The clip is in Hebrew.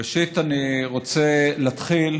ראשית אני רוצה להתחיל